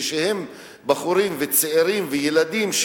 כשהם בחורים וצעירים וילדים,